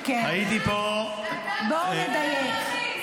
בואו נדייק.